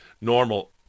Normal